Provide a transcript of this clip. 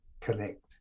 connect